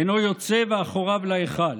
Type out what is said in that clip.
אינו יוצא ואחוריו להיכל